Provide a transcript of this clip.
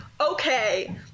okay